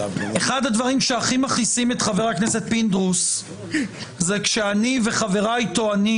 אחד הדברים שהכי מכעיסים את חבר הכנסת פינדרוס הוא כשאני וחבריי טוענים